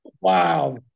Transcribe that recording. Wow